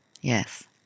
Yes